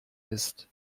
ist